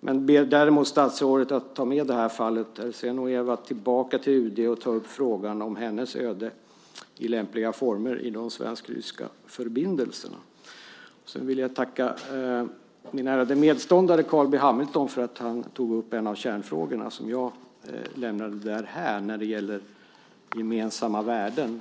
Däremot ber jag statsrådet att ta med sig fallet Ersenoeva till UD och sedan i lämpliga former ta upp frågan om hennes öde i de svensk-ryska förbindelserna. Jag vill tacka min ärade meddebattör Carl B Hamilton för att han tog upp en av kärnfrågorna när det gäller gemensamma värden;